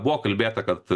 buvo kalbėta kad